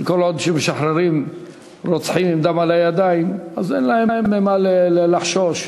שכל עוד משחררים רוצחים עם דם על הידיים אין להם ממה לחשוש,